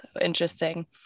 Interesting